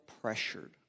pressured